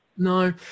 No